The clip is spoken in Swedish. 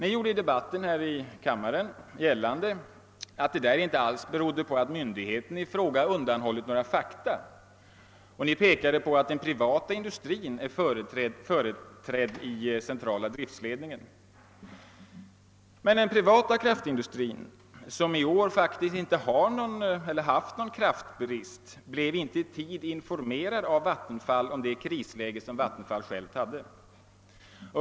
I debatten här i kammaren gjorde Ni gällande att detta inte berodde på att myndigheten i fråga hade undanhållit några fakta, och Ni pekade på att den privata industrin är företrädd i centrala driftledningen. Men den privata kraftindustrin, som i år inte haft någon kraftbrist, blev inte i tid informerad av Vattenfall om det krisläge som Vattenfall befann sig i.